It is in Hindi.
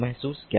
महसूस क्या